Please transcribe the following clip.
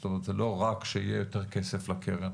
זאת אומרת זה לא רק שיהיה יותר כסף לקרן